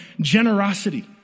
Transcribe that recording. generosity